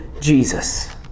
Jesus